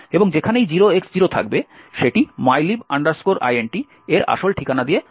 এবং যেখানেই 0X0 থাকবে সেটি mylib int এর আসল ঠিকানা দিয়ে প্রতিস্থাপন করবে